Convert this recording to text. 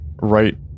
right